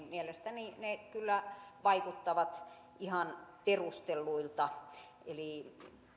mielestäni kyllä vaikuttavat ihan perustelluilta eli